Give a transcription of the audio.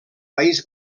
país